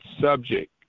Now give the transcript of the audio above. subject